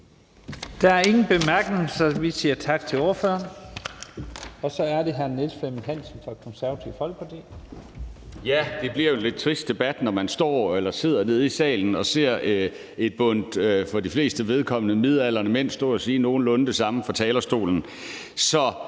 Der er ingen korte bemærkninger, så vi siger tak til ordføreren. Så er det hr. Niels Flemming Hansen fra Det Konservative Folkeparti. Kl. 17:37 (Ordfører) Niels Flemming Hansen (KF): Det bliver jo en lidt trist debat, når man står eller sidder nede i salen og ser et bundt, for de flestes vedkommende, midaldrende mænd stå og sige nogenlunde det samme fra talerstolen. Så